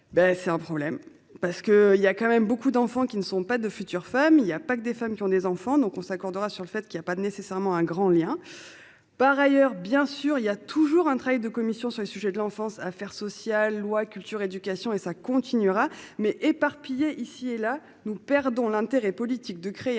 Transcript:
c'est un problème parce que il y a quand même beaucoup d'enfants qui ne sont pas de futur femme il y a pas que des femmes qui ont des enfants, donc on s'accordera sur le fait qu'il a pas nécessairement un grand lien. Par ailleurs, bien sûr il y a toujours un travail de commission sur les sujets de l'enfance Affaires sociales loi culture éducation et ça continuera mais éparpillés ici et là nous perdons l'intérêt politique de créer un espace